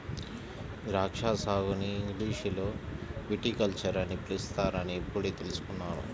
ద్రాక్షా సాగుని ఇంగ్లీషులో విటికల్చర్ అని పిలుస్తారని ఇప్పుడే తెల్సుకున్నాను